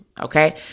Okay